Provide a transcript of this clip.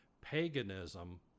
paganism